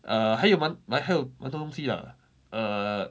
err 还有蛮蛮还有蛮多东西 lah err